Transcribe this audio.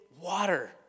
water